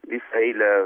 visą eilę